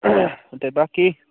ते बाकी